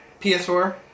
PS4